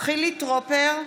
חילי טרופר,